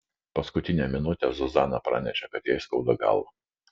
paskutinę minutę zuzana pranešė kad jai skauda galvą